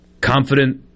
Confident